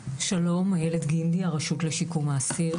שלום, איילת גינדי, הרשות לשיקום האסיר.